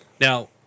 Now